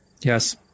Yes